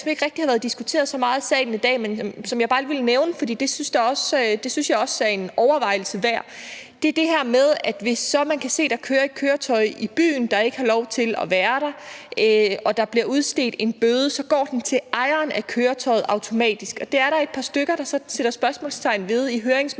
det er der et par stykker, der sådan stiller spørgsmålstegn ved i høringsmaterialet